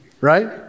right